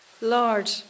Lord